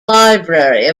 library